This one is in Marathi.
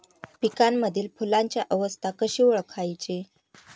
पिकांमधील फुलांची अवस्था कशी ओळखायची?